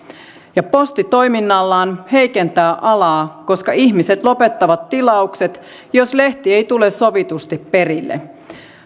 ja posti toiminnallaan heikentää alaa koska ihmiset lopettavat tilaukset jos lehti ei tule sovitusti perille